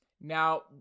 Now